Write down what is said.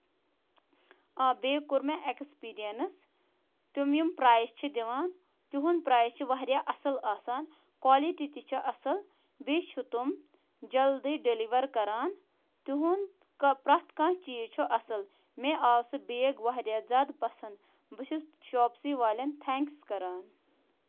آ بیٚیہِ کوٚر مےٚ اٮ۪کٕسپِرینٕس تِم یِم پرایس چھِ دِوان تُہُند پرایس چھُ واریاہ اَصٕل آسان کالٹی تہِ چھےٚ اَصٕل بیٚیہِ چھُ تِم جلدی ڈیلِور کران تِہُند پرٮ۪تھ کانٛہہ چیٖز چھُ اَصٕل مےٚ آو سُہ بیگ واریاہ زیادٕ پَسند بہٕ چھَس شوپسی والین تھینکٕس کران